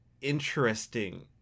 interesting